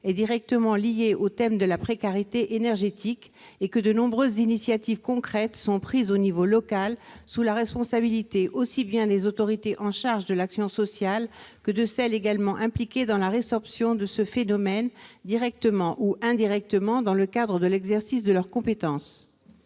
est directement liée au thème de la précarité énergétique, et où de nombreuses initiatives concrètes sont prises à l'échelon local, sous la responsabilité aussi bien des autorités chargées de l'action sociale que de celles qui sont également impliquées dans la résorption de ce phénomène, directement ou indirectement, dans le cadre de l'exercice de leurs compétences.